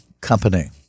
Company